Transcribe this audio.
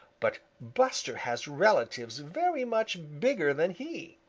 but buster has relatives very much bigger than he.